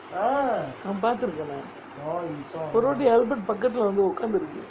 நா பார்த்திருக்கேனே ஒரு வாட்டி:naa paathirukkenae oru vaati albert பக்கதுலே வந்து ஒக்காந்திருக்கு:pakkathulae vanthu okkanthirukku